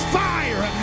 fire